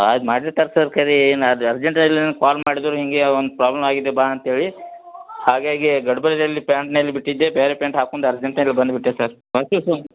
ಆಯ್ತು ಮಾಡ್ರಿ sir sir ಕರೆ ಏನು ಅದು ಅರ್ಜೆಂಟಲ್ಲಿ ಏನು ಕಾಲ್ ಮಾಡುದ್ರು ಹಿಂಗೆಯ ಒಂದ್ ಪ್ರಾಬ್ಲಮ್ ಆಗಿದೆ ಬಾ ಅಂತೇಳಿ ಹಾಗಾಗಿ ಗಡ್ಬಡಿಯಲ್ಲಿ ಪ್ಯಾಂಟ್ನಲ್ಲಿ ಬಿಟ್ಟಿದ್ದೆ ಬೇರೆ ಪ್ಯಾಂಟ್ ಹಾಕೊಂಡ್ ಅರ್ಜೆಂಟ್ನಲ್ಲಿ ಬಂದ್ ಬಿಟ್ಟೆ ಸರ್